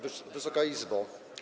Wysoka Izbo!